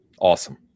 awesome